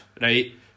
right